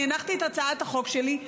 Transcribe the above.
אני הנחתי את הצעת החוק שלי,